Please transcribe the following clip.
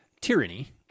tyranny